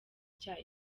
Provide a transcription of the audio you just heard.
cya